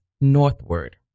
northward